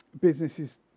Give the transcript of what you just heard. businesses